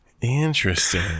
interesting